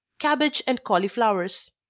cabbage and cauliflowers.